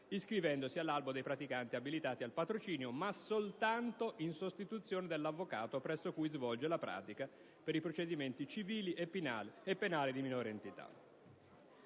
iscrivendosi all'Albo dei praticanti abilitati al patrocinio, ma soltanto in sostituzione dell'avvocato presso cui svolge la pratica e per i procedimenti civili e penali di minore entità.